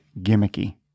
gimmicky